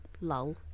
lull